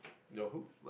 no who